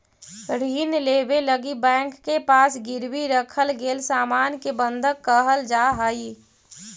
ऋण लेवे लगी बैंक के पास गिरवी रखल गेल सामान के बंधक कहल जाऽ हई